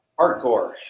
hardcore